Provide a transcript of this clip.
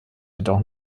jedoch